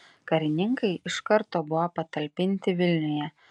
karininkai iš karto buvo patalpinti vilniuje